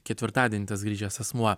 ketvirtadienį tas grįžęs asmuo